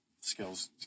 skills